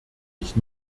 ich